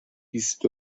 بیست